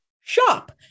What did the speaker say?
shop